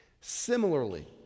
Similarly